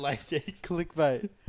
Clickbait